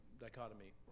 dichotomy